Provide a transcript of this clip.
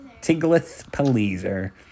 Tiglath-Pileser